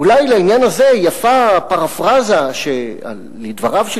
אולי לעניין הזה יפה הפרפראזה מדבריו של